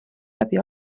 läbi